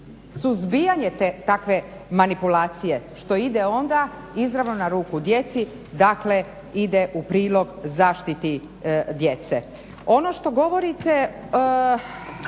suzbijanje takve manipulacije što ide onda izravno na ruku djeci dakle ide u prilog zaštiti djece.